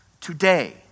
Today